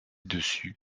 dessus